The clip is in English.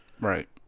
Right